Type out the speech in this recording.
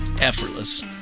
effortless